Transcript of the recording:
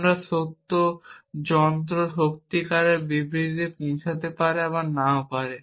আমার যন্ত্র সত্যিকারের বিবৃতিতে পৌঁছাতে পারে বা নাও পারে